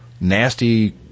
nasty